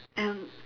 and